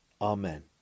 Amen